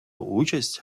участь